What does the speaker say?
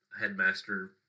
headmaster